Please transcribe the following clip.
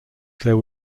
there